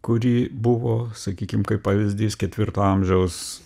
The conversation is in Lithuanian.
kuri buvo sakykim kaip pavyzdys ketvirto amžiaus